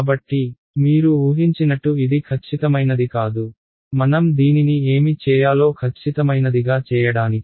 కాబట్టి మీరు ఊహించినట్టు ఇది ఖచ్చితమైనది కాదు మనం దీనిని ఏమి చేయాలో ఖచ్చితమైనదిగా చేయడానికి